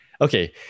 Okay